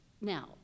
now